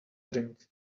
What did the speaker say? drink